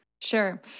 Sure